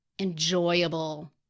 enjoyable